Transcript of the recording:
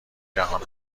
جهان